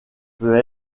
peut